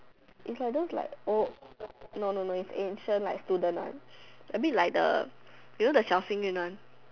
is like those like old no no no it's ancient like student one a bit like the you know the 小幸运 one